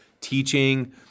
teaching